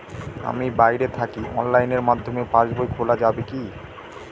আমি বাইরে থাকি অনলাইনের মাধ্যমে পাস বই খোলা যাবে কি?